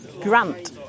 grant